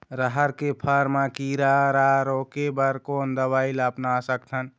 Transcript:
रहर के फर मा किरा रा रोके बर कोन दवई ला अपना सकथन?